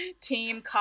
Team